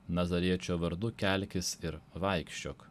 nazariečio vardu kelkis ir vaikščiok